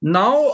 now